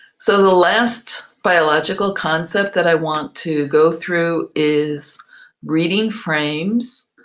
so the last biological concept that i want to go through is reading frames.